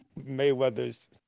Mayweather's